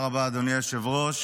תודה רבה, אדוני היושב-ראש.